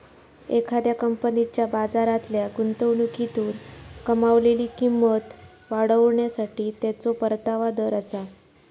एखाद्या कंपनीच्या बाजारातल्या गुंतवणुकीतून कमावलेली किंमत वाढवण्यासाठी त्याचो परतावा दर आसा